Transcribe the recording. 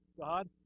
God